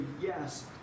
yes